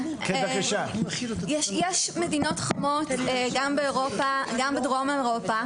יש מדינות חמות גם באירופה, גם בדרום אירופה.